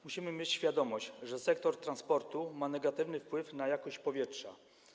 Musimy mieć świadomość, że sektor transportu ma negatywny wpływ na jakość powietrza.